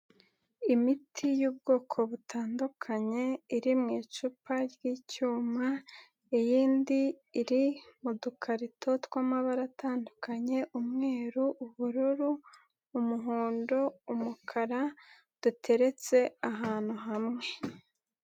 Imiti y'ubwoko butandukanye iri mu icupa ry'icyuma. Iyindi iri mu dukarito tw'amabara atandukanye: umweru, ubururu, umuhondo, umukara duteretse ahantu hamwe.